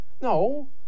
No